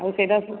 ଆଉ ସେଇଟା ସବୁ